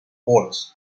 ports